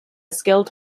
skilled